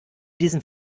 diesen